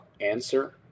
answer